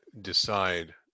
decide